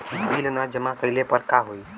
Bill न जमा कइले पर का होई?